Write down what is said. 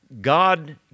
God